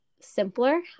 simpler